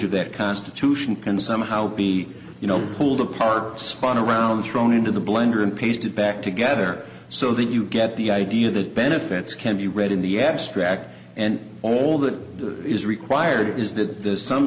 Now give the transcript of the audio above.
of that constitution can somehow be you know pulled apart spawn around thrown into the blender and pasted back together so that you get the idea that benefits can be read in the abstract and all that is required is that